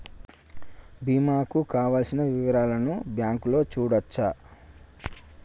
బీమా కు కావలసిన వివరాలను బ్యాంకులో చూడొచ్చా?